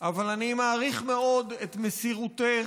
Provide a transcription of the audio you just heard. אבל אני מעריך מאוד את מסירותך.